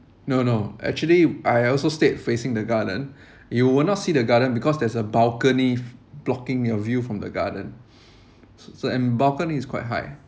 no no actually I also stayed facing the garden you will not see the garden because there's a balcony blocking your view from the garden and balcony is quite high